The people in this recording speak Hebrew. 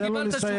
תן לו לסיים.